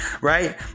right